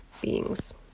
beings